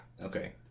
Okay